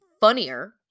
funnier